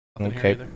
Okay